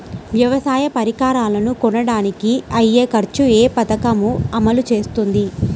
వ్యవసాయ పరికరాలను కొనడానికి అయ్యే ఖర్చు ఏ పదకము అమలు చేస్తుంది?